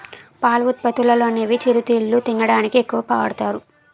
పాల ఉత్పత్తులనేవి చిరుతిళ్లు తినడానికి ఎక్కువ వాడుతారు